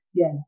Yes